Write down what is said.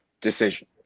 decision